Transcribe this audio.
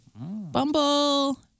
Bumble